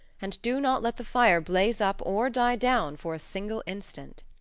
and do not let the fire blaze up or die down for a single instant.